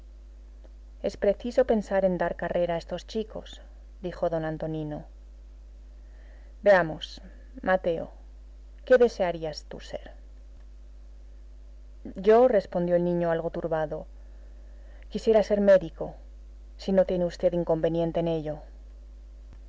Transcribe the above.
es preciso pensar en dar carrera a estos chicos dijo d antonino veamos mateo qué desearías tú ser yo respondió el niño algo turbado quisiera ser médico si no tiene v inconveniente en ello